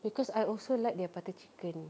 because I also like their butter chicken